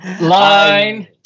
Line